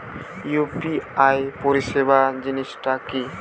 UPI পরিসেবা জিনিসটা কি?